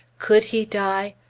could he die?